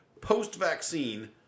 post-vaccine